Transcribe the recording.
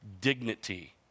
dignity